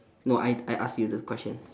no I I ask you the question